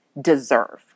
deserve